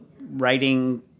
writing